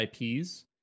IPs